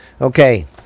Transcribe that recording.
Okay